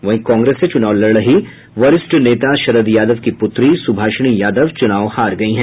वहीं कांग्रेस से चुनाव लड़ रही वरिष्ठ नेता शरद यादव की पुत्री सुभाषिनी यादव चुनाव हार गयी है